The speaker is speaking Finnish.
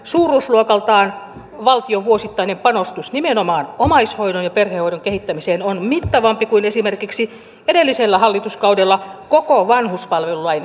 suuruusluokaltaan valtion vuosittainen panostus nimenomaan omaishoidon ja perhehoidon kehittämiseen on mittavampi kuin esimerkiksi edellisellä hallituskaudella koko vanhuspalvelulain toimeenpano